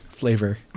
flavor